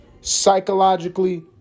psychologically